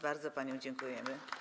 Bardzo paniom dziękujemy.